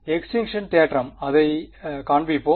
extinction தேற்றம் அதை காண்பிப்போம்